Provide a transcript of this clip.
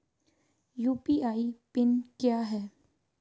UPI PIN क्या है?